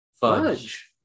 Fudge